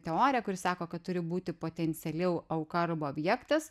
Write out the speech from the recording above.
teorija kuri sako kad turi būti potenciali auka arba objektas